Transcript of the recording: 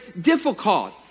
difficult